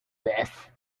this